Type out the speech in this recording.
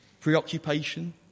Preoccupation